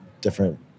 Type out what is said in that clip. different